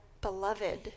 beloved